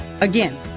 Again